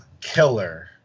killer